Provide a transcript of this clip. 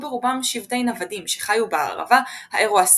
ברובם שבטי נוודים שחיו בערבה האירואסייתית.